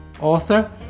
author